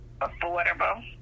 affordable